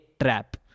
trap